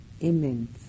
immense